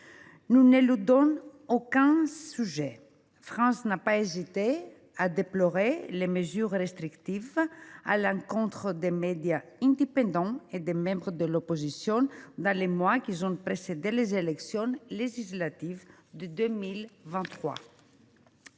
Nous n’éludons aucun sujet. Nous n’avons ainsi pas hésité à déplorer les mesures restrictives à l’encontre de médias indépendants et de membres de l’opposition dans les mois qui ont précédé les élections législatives de 2023.